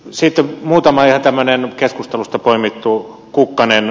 sitten muutama ihan tämmöinen keskustelusta poimittu kukkanen